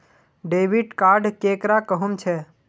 Debit card केकरा कहुम छे?